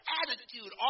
attitude